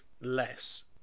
less